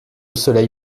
soleil